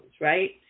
right